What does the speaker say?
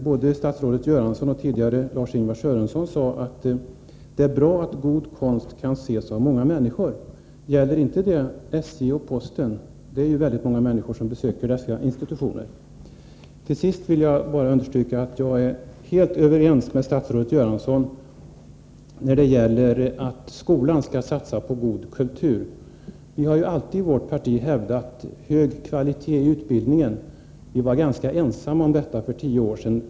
Både statsrådet Göransson och tidigare Lars-Ingvar Sörenson sade att det är bra att god konst kan ses av många människor. Gäller inte det SJ och postverket? Det är ju många människor som besöker dessa institutioner. Till sist vill jag understryka att jag är helt överens med statsrådet Göransson om att skolan skall satsa på god kultur. Vi har i vårt parti alltid hävdat kravet på hög kvalitet i utbildningen. Vi var ganska ensamma om detta för tio år sedan.